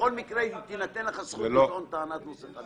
בכל מקרה תינתן לך הזכות לטעון טענת נושא חדש,